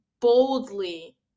boldly